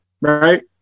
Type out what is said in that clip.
Right